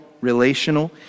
relational